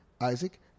Isaac